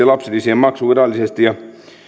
lapsilisien maksu virallisesti